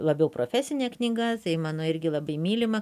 labiau profesinė knyga tai mano irgi labai mylima